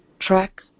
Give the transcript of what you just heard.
track